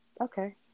Okay